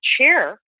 chair